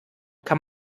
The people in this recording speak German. kann